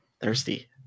Thirsty